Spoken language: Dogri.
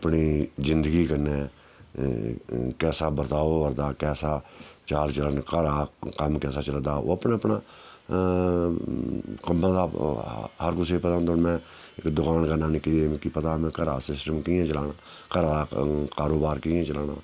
अपनी जिंदगी कन्नै कैसा बरताब होआ करदा कैसा चाल चलन घरा कम्म कैसा चलदा ओह् अपना अपना खुम्बां दा हर कुसै गी पता होंदा हून में इक दकान करना निक्की जेही मिगी पता में घरा दा सिस्टम कि'यां चलाना घरा दा कारोबार कि'यां चलाना